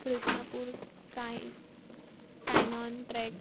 कृष्णापूर काय कायनॉन ट्रॅक